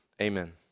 Amen